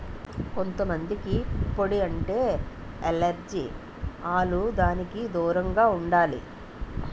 కొంత మందికి పుప్పొడి అంటే ఎలెర్జి ఆల్లు దానికి దూరంగా ఉండాలి